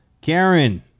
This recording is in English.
Karen